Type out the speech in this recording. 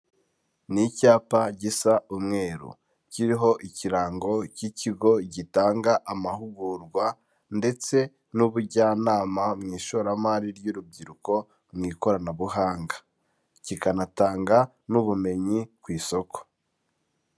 N'icyapa gisa umweru kiriho ikirango cy'ikigo gitanga amahugurwa, ndetse n'ubujyanama mu ishoramari ry'urubyiruko mu ikoranabuhanga kikanatanga n'ubumenyi ku isoko.